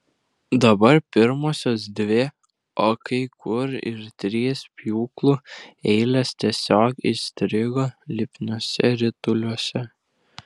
dabar pirmosios dvi o kai kur ir trys pjūklų eilės tiesiog įstrigo lipniuose rituliuose